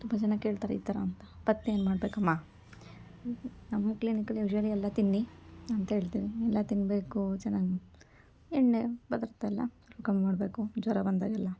ತುಂಬ ಜನ ಕೇಳ್ತಾರೆ ಈ ಥರ ಅಂತ ಪಥ್ಯ ಏನು ಮಾಡಬೇಕಮ್ಮ ನಮ್ಮ ಕ್ಲಿನಿಕಲ್ಲಿ ಯೂಶ್ವಲಿ ಎಲ್ಲ ತಿನ್ನಿ ಅಂತ ಹೇಳ್ತೇವೆ ಎಲ್ಲ ತಿನ್ನಬೇಕು ಚೆನ್ನಾಗಿ ಎಣ್ಣೆ ಪದಾರ್ಥ ಎಲ್ಲ ಕಮ್ಮಿ ಮಾಡಬೇಕು ಜ್ವರ ಬಂದಾಗೆಲ್ಲ